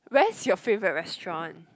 where's your favourite restaurant